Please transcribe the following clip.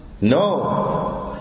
No